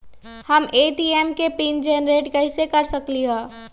हम ए.टी.एम के pin generate कईसे कर सकली ह?